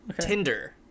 tinder